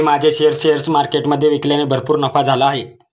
मी माझे shares share मार्केटमधे विकल्याने भरपूर नफा झाला आहे